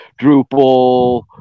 Drupal